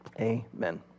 Amen